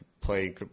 play